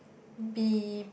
be